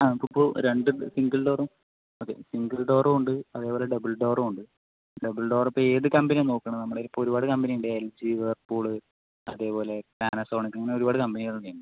ആ നമുക്ക് ഇപ്പോൾ രണ്ട് സിംഗിൾ ഡോറും അതെ സിംഗിൾ ഡോറും ഉണ്ട് അതേപോലെ ഡബിൾ ഡോറും ഉണ്ട് ഡബിൾ ഡോർ ഇപ്പോൾ ഏത് കമ്പനിയാണ് നോക്കുന്നത് നമ്മള് ഇപ്പോൾ ഒരുപാട് കമ്പനി ഉണ്ട് എൽ ജി വേർപൂള് അതേപോലെ പാനസോണിക്ക് ഇങ്ങനെ ഒരുപാട് കമ്പനികൾ ഇവിടെ ഉണ്ട്